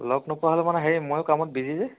লগ নোপোৱা হ'লো মানে হেৰি ময়ো কামত বিজি যে